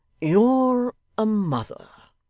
you're a mother,